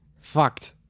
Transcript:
Fucked